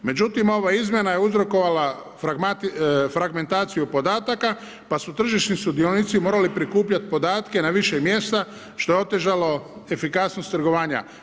Međutim, ova izmjena je uzrokovala fragmentaciju podataka, pa su tržišni sudionici morali prikupljati podatke na više mjesta, što je otežalo efikasnost trgovanja.